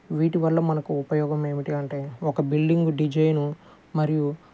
వీటివల్ల మనకు ఉపయోగం ఏమిటి అంటే ఒక బిల్డింగు డిజైను మరియు